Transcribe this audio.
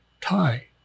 Thai